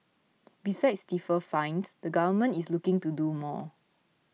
besides stiffer fines the Government is looking to do more